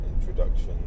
introduction